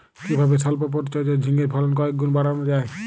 কিভাবে সল্প পরিচর্যায় ঝিঙ্গের ফলন কয়েক গুণ বাড়ানো যায়?